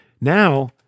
Now